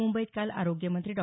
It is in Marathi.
मुंबईत काल आरोग्यमंत्री डॉ